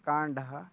काण्डः